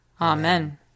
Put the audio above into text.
Amen